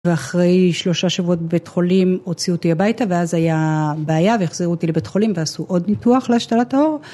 ואחרי שלושה שבועות בבית חולים הוציאו אותי הביתה, ואז היה בעיה, והחזירו אותי לבית חולים ועשו עוד ניתוח להשתלת העור.